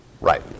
Right